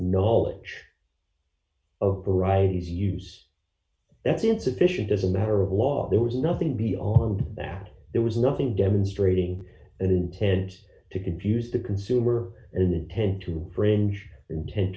knowledge of varieties use that's insufficient as a matter of law there was nothing beyond that there was nothing demonstrating an intent to confuse the consumer and intent to fringe inten